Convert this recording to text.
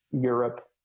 europe